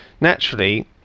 Naturally